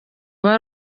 aba